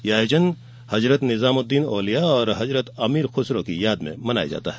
यह आयोजन हजरत निजामुद्दीन औलिया व हजरत अमीर खुसरो की याद मे मनाया जाता है